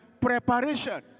Preparation